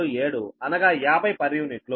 27 అనగా 50 p